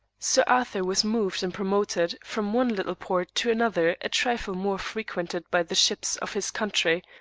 sir arthur was moved and promoted from one little port to another a trifle more frequented by the ships of his country,